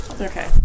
Okay